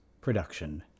production